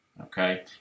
Okay